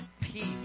peace